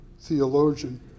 theologian